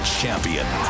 champion